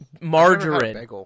Margarine